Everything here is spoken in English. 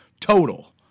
total